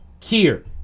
Kier